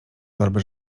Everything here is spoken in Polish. torby